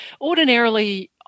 ordinarily